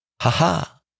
Ha-ha